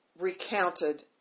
recounted